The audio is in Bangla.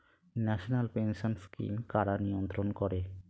ন্যাশনাল পেনশন স্কিম কারা নিয়ন্ত্রণ করে?